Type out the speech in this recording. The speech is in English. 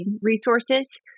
resources